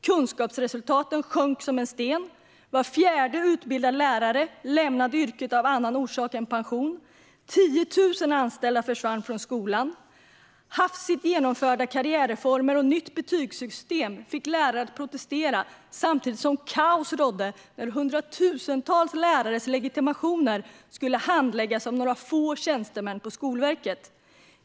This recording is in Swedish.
Kunskapsresultaten sjönk som en sten. Var fjärde utbildad lärare lämnade yrket av annan orsak än pension. 10 000 anställda försvann från skolan. Hafsigt genomförda karriärreformer och nytt betygssystem fick lärare att protestera, samtidigt som kaos rådde när hundratusentals lärares legitimationer skulle handläggas av några få tjänstemän på Skolverket.